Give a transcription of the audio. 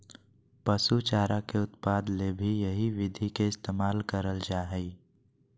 पशु चारा के उत्पादन ले भी यही विधि के इस्तेमाल करल जा हई